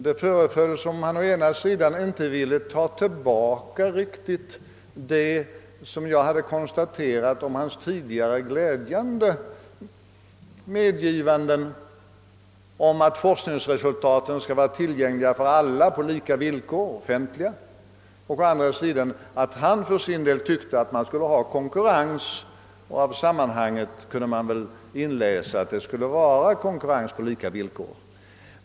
Det föreföll som om han å ena sidan inte ville ta tillbaka sina — som jag tidigare konstaterat — glädjande medgivanden om att forskningsresultaten skall vara tillgängliga för alla på lika villkor. Å andra sidan tyckte han för en stund sedan att man skulle ha konkurrens, och av sammanhanget verkade det som om han menade konkurrens på lika villkor.